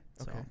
Okay